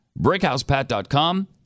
brickhousepat.com